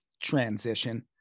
transition